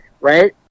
right